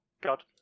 god